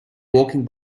walking